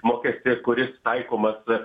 mokestį kuris taikomasr